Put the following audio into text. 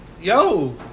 yo